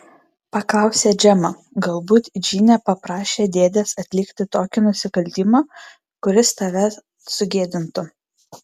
paklausė džemą galbūt džine paprašė dėdės atlikti tokį nusikaltimą kuris tave sugėdintų